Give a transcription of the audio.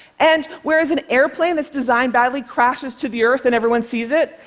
and whereas an airplane that's designed badly crashes to the earth and everyone sees it,